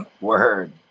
Word